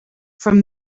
from